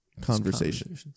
conversation